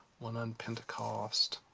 one on pentecost,